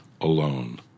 alone